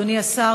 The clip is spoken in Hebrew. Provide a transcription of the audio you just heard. אדוני השר,